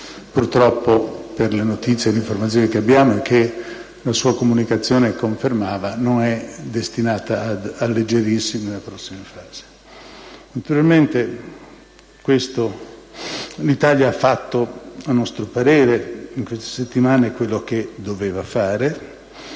purtroppo, per le notizie e informazioni che abbiamo e che la sua comunicazione ha confermato, non è destinata ad alleggerirsi nelle prossime fasi. L'Italia ha fatto, a nostro parere, in queste settimane quel che doveva fare